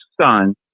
son